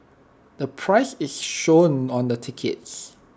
the price is shown on the tickets